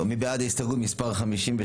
מי בעד קבלת הסתייגות מספר 58?